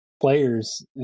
players